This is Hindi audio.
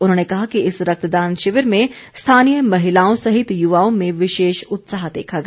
उन्होंने कहा कि इस रक्तदान शिविर में स्थानीय महिलाओं सहित युवाओं में विशेष उत्साह देखा गया